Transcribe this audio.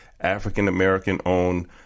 African-American-owned